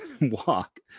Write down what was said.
walk